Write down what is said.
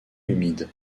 humide